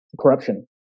corruption